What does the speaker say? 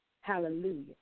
hallelujah